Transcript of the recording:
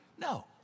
No